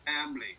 family